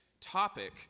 topic